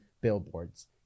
billboards